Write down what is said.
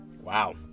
Wow